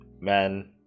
man